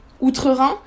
Outre-Rhin